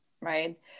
right